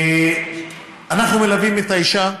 אנחנו מלווים את האישה,